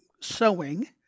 sewing